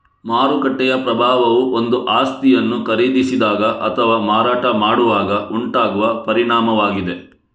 ಮಾರುಕಟ್ಟೆಯ ಪ್ರಭಾವವು ಒಂದು ಆಸ್ತಿಯನ್ನು ಖರೀದಿಸಿದಾಗ ಅಥವಾ ಮಾರಾಟ ಮಾಡುವಾಗ ಉಂಟಾಗುವ ಪರಿಣಾಮವಾಗಿದೆ